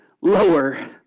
lower